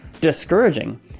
discouraging